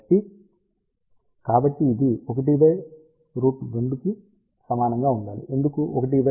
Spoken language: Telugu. కాబట్టి ఇది 1√2 కి సమానంగా ఉండాలి